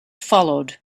followed